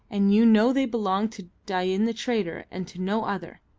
and you know they belonged to dain the trader, and to no other.